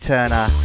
Turner